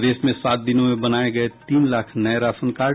प्रदेश में सात दिनों में बनाये गये तीन लाख नये राशन कार्ड